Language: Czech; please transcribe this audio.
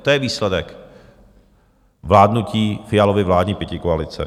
To je výsledek vládnutí Fialovy vládní pětikoalice.